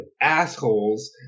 assholes